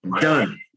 done